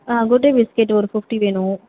ஆ Good Day biscuit ஒரு fifty வேணும்